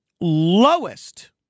lowest